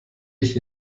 ich